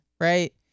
right